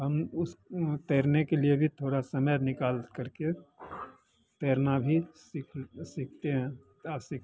हम उस तैरने के लिए भी थोड़ा समय निकाल करके तैरना भी सिख सीखते हैं ऐसे ही